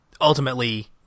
ultimately